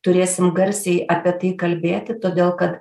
turėsim garsiai apie tai kalbėti todėl kad